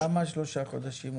למה שלושה חודשים?